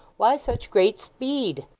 why such great speed?